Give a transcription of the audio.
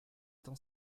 étant